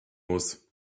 muss